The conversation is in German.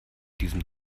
diesem